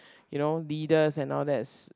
you know leaders and all that's